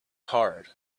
hard